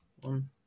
One